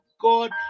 god